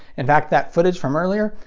in fact, that footage from earlier?